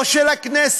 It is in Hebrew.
לא הבעיה של הכנסת,